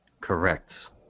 Correct